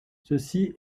ceci